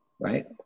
right